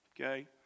Okay